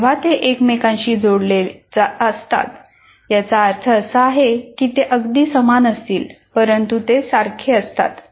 जेव्हा ते एकमेकांशी जोडलेले असतात याचा अर्थ असा नाही की ते अगदी समान असतील परंतु ते सारखे असतात